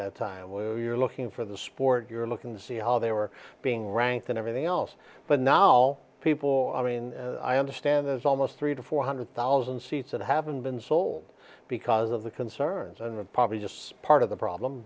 the time we're looking for the sport you're looking to see how they were being ranked and everything else but now people i mean i understand there's almost three to four hundred thousand seats that haven't been sold because of the concerns and probably just part of the problem